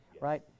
right